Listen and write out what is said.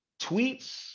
tweets